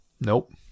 Nope